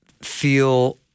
feel